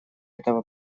этого